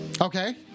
Okay